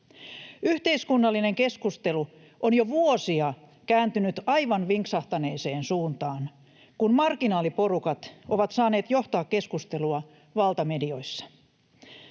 Yhteiskunnallinen keskustelu on jo vuosia sitten kääntynyt aivan vinksahtaneeseen suuntaan, kun marginaaliporukat ovat saaneet johtaa keskustelua valtamedioissa.